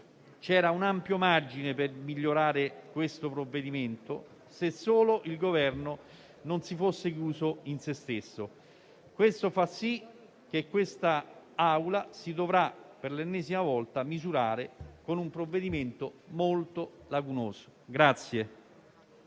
c'era un ampio margine per migliorare il provvedimento, se solo il Governo non si fosse chiuso in se stesso: ciò fa sì che quest'Aula si debba per l'ennesima volta misurare con un provvedimento molto lacunoso.